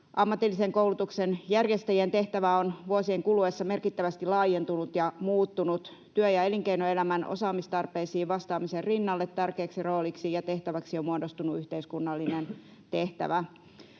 Ammatillisen koulutuksen järjestäjien tehtävä on vuosien kuluessa merkittävästi laajentunut ja muuttunut. Työ- ja elinkeinoelämän osaamistarpeisiin vastaamisen rinnalle tärkeäksi rooliksi ja tehtäväksi on muodostunut yhteiskunnallinen tehtävä.